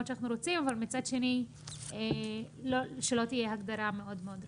שאנחנו רוצים אבל מצד שני שלא תהיה הגדרה מאוד מאוד רחבה.